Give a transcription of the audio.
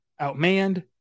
outmanned